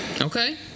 Okay